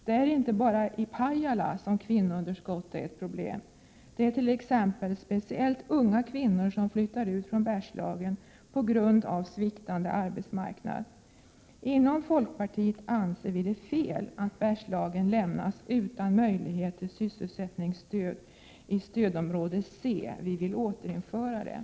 Det är inte bara i Pajala som kvinnounderskottet är ett problem. Det är t.ex. speciellt unga kvinnor som flyttar ut från Bergslagen på grund av sviktande arbetsmarknad. Inom folkpartiet anser vi att det är fel att Bergslagen lämnas Prot. 1987/88:127 utan möjlighet till sysselsättningsstöd i stödområde C. Vi vill återinföra det.